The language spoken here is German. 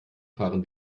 fahren